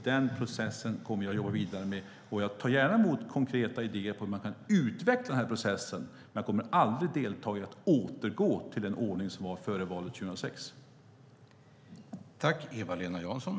Den processen kommer jag att jobba vidare med, och jag tar gärna emot konkreta idéer om hur man kan utveckla den processen. Däremot kommer jag aldrig att medverka till att vi återgår till den ordning som var före valet 2006.